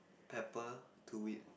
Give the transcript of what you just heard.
pepper to it